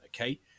okay